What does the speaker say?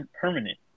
permanent